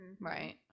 Right